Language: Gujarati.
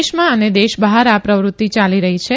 દેશમાં અને દેશબહાર આ પ્રવૃતિ યાલી રહી છે